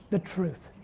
the truth?